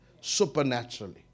supernaturally